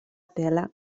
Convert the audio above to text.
tela